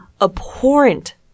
abhorrent